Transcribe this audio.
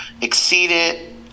exceeded